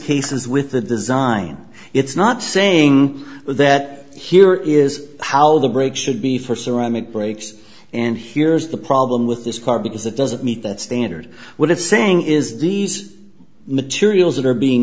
case is with the design it's not saying that here is how the brake should be for ceramic brakes and here's the problem with this car because it doesn't meet that standard what it's saying is these materials that are being